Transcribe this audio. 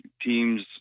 teams